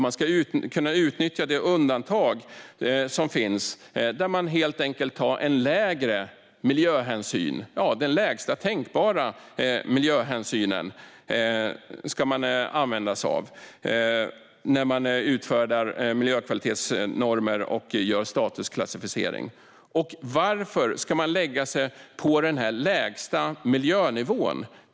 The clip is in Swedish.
Man ska kunna utnyttja det undantag som finns, där man helt enkelt tar en lägre miljöhänsyn. Ja, det är den lägsta tänkbara miljöhänsyn som man ska använda sig av när man utfärdar miljökvalitetsnormer och gör statusklassificering. Varför ska man lägga sig på den lägsta miljönivån?